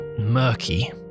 murky